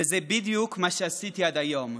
וזה בדיוק מה שעשיתי עד היום,